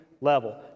level